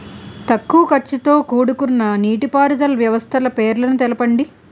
తక్కువ ఖర్చుతో కూడుకున్న నీటిపారుదల వ్యవస్థల పేర్లను తెలపండి?